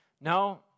No